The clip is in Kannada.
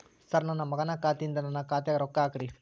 ಸರ್ ನನ್ನ ಮಗನ ಖಾತೆ ಯಿಂದ ನನ್ನ ಖಾತೆಗ ರೊಕ್ಕಾ ಹಾಕ್ರಿ